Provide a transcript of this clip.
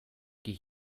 geh